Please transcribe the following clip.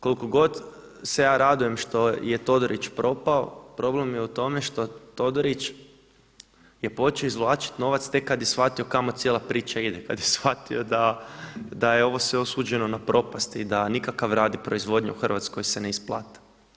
Koliko god se ja radujem što je Todorić propao problem je u tome što Todorić je počeo izvlačiti novac tek kada je shvatio kamo cijela priča ide, kada je shvatio da je ovo sve osuđeno na propast i da nikakav rad i proizvodnja u Hrvatskoj se ne isplate.